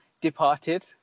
Departed